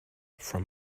from